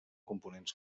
components